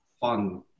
fun